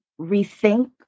rethink